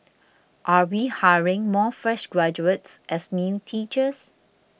are we hiring more fresh graduates as new teachers